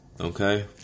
Okay